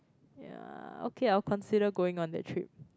ya okay I'll consider going on that trip